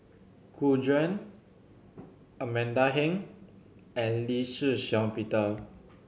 Gu Juan Amanda Heng and Lee Shih Shiong Peter